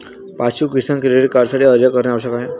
पाशु किसान क्रेडिट कार्डसाठी अर्ज करणे आवश्यक आहे